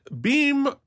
beam